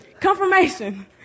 Confirmation